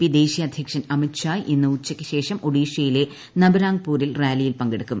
P ദേശീയ അദ്ധ്യക്ഷൻ അമിത് ഷാ ഇന്ന് ഉച്ചയ്ക്ക് ശേഷം ഒഡീഷയിലെ നബരാങ്ക്പൂരിൽ റാലിയിൽ പങ്കെടുക്കും